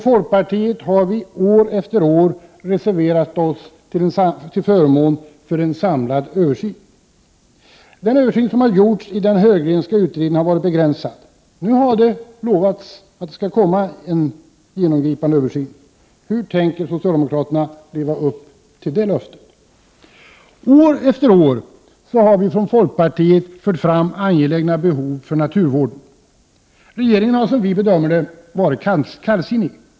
Folkpartiet har år efter år reserverat sig till förmån för en samlad översyn. Den översyn som har gjorts i den Heurgrenska utredningen har varit begränsad. Nu har en genomgripande översyn utlovats. Hur tänker socialdemokraterna leva upp till det löftet? År efter år har vi folkpartister fört fram angelägna behov för naturvården. Regeringen har varit kallsinnig.